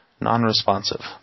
non-responsive